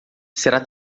será